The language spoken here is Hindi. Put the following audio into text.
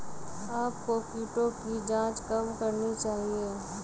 आपको कीटों की जांच कब करनी चाहिए?